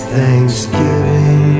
Thanksgiving